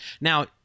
Now